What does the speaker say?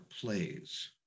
plays